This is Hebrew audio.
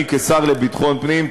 אני כשר לביטחון פנים,